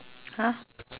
!huh!